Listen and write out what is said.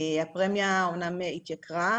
הפרמיה אמנם התייקרה,